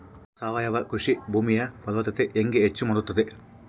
ಸಾವಯವ ಕೃಷಿ ಭೂಮಿಯ ಫಲವತ್ತತೆ ಹೆಂಗೆ ಹೆಚ್ಚು ಮಾಡುತ್ತದೆ?